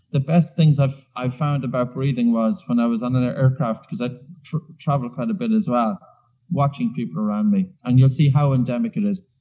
the best things i've i've found about breathing was, when i was on that and aircraft because i travel quite a bit as well watching people around me, and you'll see how endemic it is.